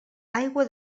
aigua